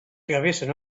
travessen